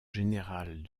générales